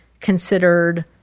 considered